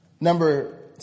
number